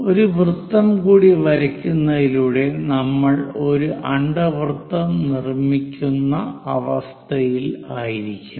ഒരു വൃത്തം കൂടി വരയ്ക്കുന്നതിലൂടെ നമ്മൾ ഒരു അണ്ഡവൃത്തം നിർമ്മിക്കുന്ന അവസ്ഥയിലായിരിക്കും